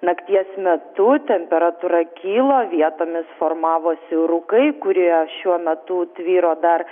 nakties metu temperatūra kilo vietomis formavosi rūkai kurie šiuo metu tvyro dar